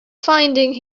finding